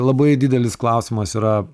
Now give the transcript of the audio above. labai didelis klausimas yra